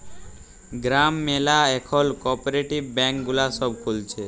গ্রাম ম্যালা এখল cooperative bank গুলা সব খুলছে